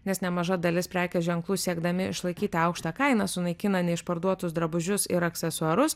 nes nemaža dalis prekės ženklų siekdami išlaikyti aukštą kainą sunaikina neišparduotus drabužius ir aksesuarus